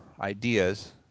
ideas